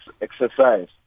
exercise